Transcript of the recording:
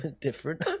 different